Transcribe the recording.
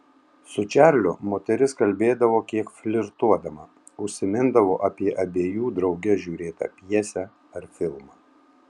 su čarliu moteris kalbėdavo kiek flirtuodama užsimindavo apie abiejų drauge žiūrėtą pjesę ar filmą